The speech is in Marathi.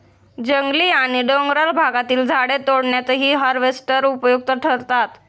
जंगली आणि डोंगराळ भागातील झाडे तोडण्यातही हार्वेस्टर उपयुक्त ठरतात